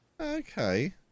Okay